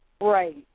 Right